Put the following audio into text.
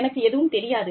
எனக்கு எதுவும் தெரியாது